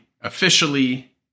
officially